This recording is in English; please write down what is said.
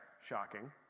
Shocking